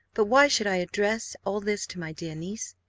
but why should i address all this to my dear niece?